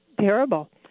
terrible